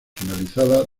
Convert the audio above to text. finalizada